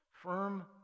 firm